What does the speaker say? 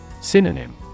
Synonym